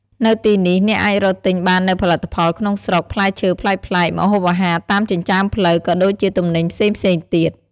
នៅទីនេះ អ្នកអាចរកទិញបាននូវផលិតផលក្នុងស្រុក ផ្លែឈើប្លែកៗ ម្ហូបអាហារតាមចិញ្ចើមផ្លូវ ក៏ដូចជាទំនិញផ្សេងៗទៀត។